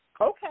Okay